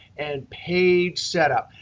and page setup.